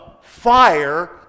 fire